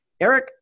Eric